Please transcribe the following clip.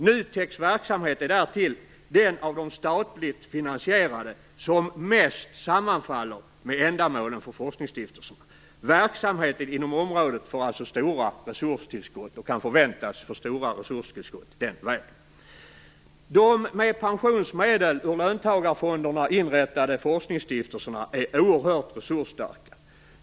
NUTEK:s verksamhet är därtill den av de statligt finansierade som mest sammanfaller med ändamålen för forskningsstiftelserna. Verksamheten inom området får alltså - och kan förväntas att få - stora resurstillskott den vägen. De med pensionsmedel ur löntagarfonderna inrättade forskningsstiftelserna är oerhört resursstarka.